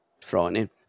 Frightening